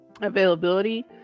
availability